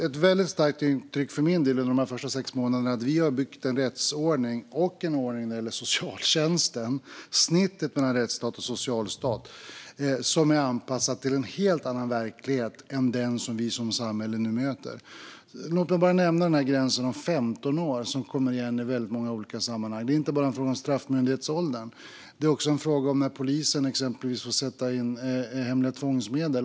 Ett väldigt starkt intryck under mina första sex månader är att vi har byggt en rättsordning och en ordning när det gäller socialtjänsten, alltså snittet mellan rättsstat och socialstat, som är anpassat till en helt annan verklighet än den som vi som samhälle nu möter. Låt mig bara nämna den 15-årsgräns som kommer igen i väldigt många olika sammanhang. Det är inte bara en fråga om straffmyndighetsåldern; det är också en fråga om när polisen exempelvis får sätta in hemliga tvångsmedel.